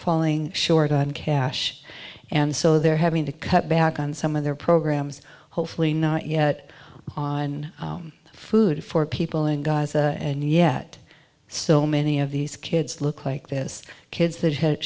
falling short on cash and so they're having to cut back on some of their programs hopefully not yet on food for people in gaza and yet so many of these kids look like this kids that had